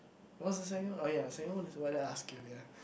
what's the second one oh ya second one is whether I ask you ya